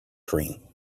cream